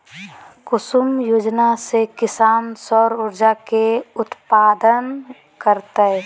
कुसुम योजना से किसान सौर ऊर्जा के उत्पादन करतय